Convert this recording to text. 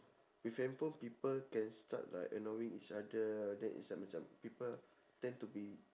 with handphone people can start like annoying each other that is uh macam people tend to be